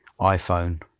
iPhone